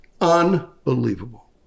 unbelievable